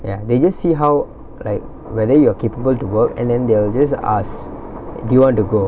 ya they just see how like whether you are capable to work and then they'll just ask do you want to go